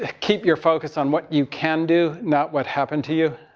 ah keep your focus on what you can do, not what happened to you.